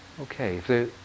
Okay